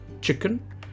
chicken